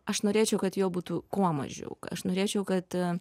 aš norėčiau kad jo būtų kuo mažiau aš norėčiau kad